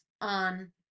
on